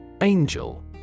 Angel